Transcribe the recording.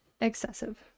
Excessive